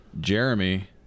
Jeremy